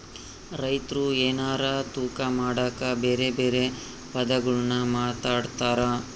ರೈತ್ರು ಎನಾರ ತೂಕ ಮಾಡಕ ಬೆರೆ ಬೆರೆ ಪದಗುಳ್ನ ಮಾತಾಡ್ತಾರಾ